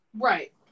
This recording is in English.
right